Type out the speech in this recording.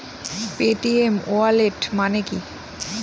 Paytm wallet মানে কি?